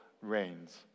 Reigns